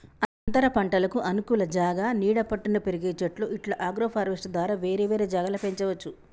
అంతరపంటలకు అనుకూల జాగా నీడ పట్టున పెరిగే చెట్లు ఇట్లా అగ్రోఫారెస్ట్య్ ద్వారా వేరే వేరే జాగల పెంచవచ్చు